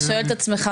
אתה שואל את עצמך,